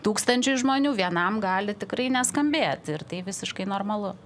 tūkstančiui žmonių vienam gali tikrai neskambėti ir tai visiškai normalu